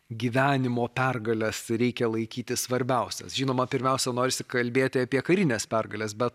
gyvenimo pergales reikia laikyti svarbiausias žinoma pirmiausia norisi kalbėti apie karines pergales bet